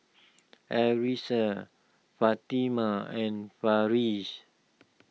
Arissa Fatimah and Farish